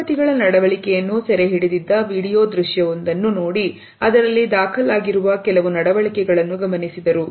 ದಂಪತಿಗಳ ನಡವಳಿಕೆಯನ್ನು ಸೆರೆಹಿಡಿದಿದ್ದ ವಿಡಿಯೋ ದೃಶ್ಯವೊಂದನ್ನು ನೋಡಿ ಅದರಲ್ಲಿ ದಾಖಲಾಗಿರುವ ಕೆಲವು ನಡವಳಿಕೆ ಗಳನ್ನು ಗಮನಿಸಿದರು